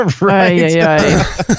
Right